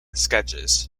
sketches